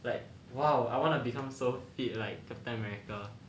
like !wow! I wanna become so fit like captain america